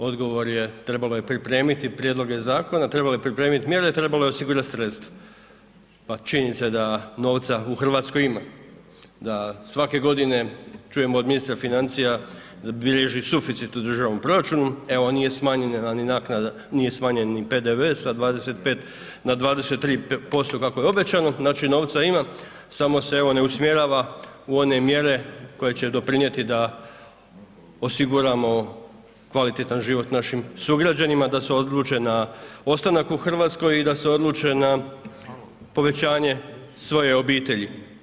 Odgovor je trebalo je pripremiti prijedloge zakona, trebalo je pripremit mjere, trebalo je osigurat sredstva, pa činjenica je da novca u RH ima, da svake godine čujemo od ministra financija da bilježi suficit u državnom proračunu, evo nije smanjena ni naknada, nije smanjen ni PDV sa 25 na 23% kako je obećano, znači novca ima samo se evo ne usmjerava u one mjere koje će doprinjeti da osiguramo kvalitetan život našim sugrađanima, da se odluče na ostanak u RH i da se odluče na povećanje svoje obitelji.